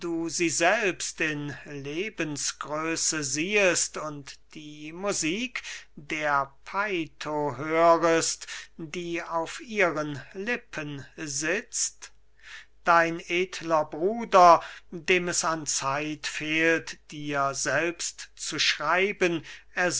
sie selbst in lebensgröße siehest und die musik der peitho hörest die auf ihren lippen sitzt dein edler bruder dem es an zeit fehlt dir selbst zu schreiben